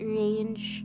range